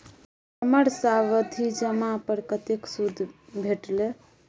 हमर सावधि जमा पर कतेक सूद भेटलै?